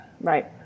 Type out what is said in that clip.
right